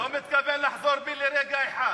לא מתכוון לחזור בי לרגע אחד.